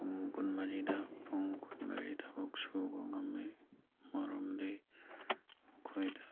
ꯄꯨꯡ ꯀꯨꯟꯃꯔꯤꯗ ꯄꯨꯡ ꯀꯨꯟꯃꯔꯤ ꯊꯕꯛ ꯁꯨꯕ ꯉꯝꯃꯤ ꯃꯔꯝꯗꯤ ꯃꯈꯣꯏꯗ